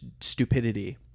stupidity